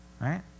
Right